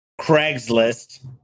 Craigslist